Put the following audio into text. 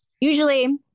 usually